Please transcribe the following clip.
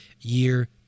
Year